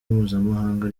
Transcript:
mpuzamahanga